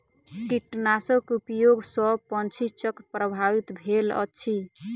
कीटनाशक उपयोग सॅ पंछी चक्र प्रभावित भेल अछि